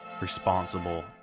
responsible